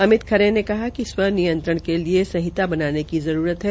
अमित खरे ने कहा कि आत्म विनियमन के लिए संहित बनाने की जरूरत है